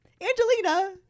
angelina